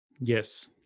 Yes